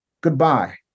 Goodbye